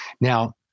Now